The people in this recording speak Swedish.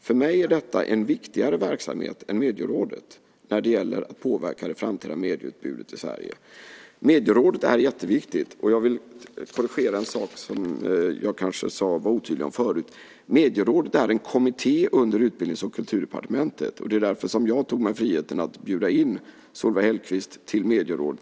För mig är detta en viktigare verksamhet än Medierådet när det gäller att påverka det framtida medieutbudet i Sverige. Medierådet är jätteviktigt, och jag vill korrigera en sak där jag kanske var otydlig förut. Medierådet är en kommitté under Utbildnings och kulturdepartementet. Det är därför som jag tog mig friheten att bjuda in Solveig Hellquist till Medierådet.